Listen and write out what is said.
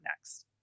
next